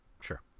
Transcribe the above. sure